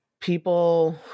People